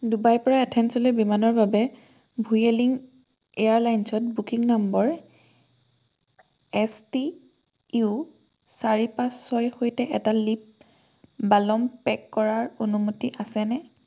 ডুবাইৰপৰা এথেন্সলৈ বিমানৰ বাবে ভুয়েলিং এয়াৰলাইনছত booking number S T U চাৰি পাঁচ ছয়ৰ সৈতে এটা লিপ বালম পেক কৰাৰ অনুমতি আছেনে